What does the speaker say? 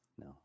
no